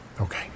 Okay